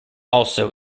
also